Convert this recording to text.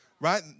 right